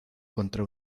contra